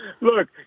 look